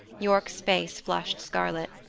yorke's face flushed scarlet.